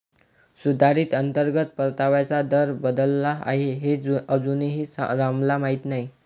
सुधारित अंतर्गत परताव्याचा दर बदलला आहे हे अजूनही रामला माहीत नाही